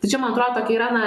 tai čia man atrodo tokia yra na